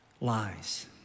lies